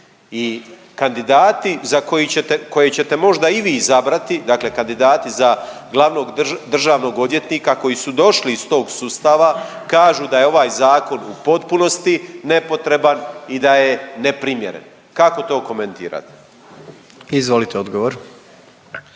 I kandidati koje ćete možda i vi izabrati, dakle kandidati za glavnog državnog odvjetnika koji su došli iz tog sustava kažu da je ovaj zakon u potpunosti nepotreban i da je neprimjeren. Kako to komentirate? **Jandroković,